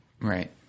Right